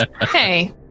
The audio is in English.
Hey